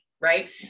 right